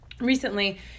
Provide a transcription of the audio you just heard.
Recently